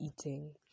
eating